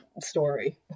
story